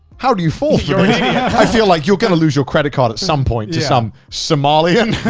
how do you fall feel like you're gonna lose your credit card at some point to some somalian.